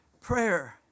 prayer